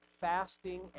fasting